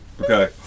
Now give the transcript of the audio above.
okay